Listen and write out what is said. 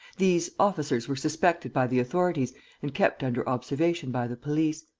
these officers were suspected by the authorities and kept under observation by the police.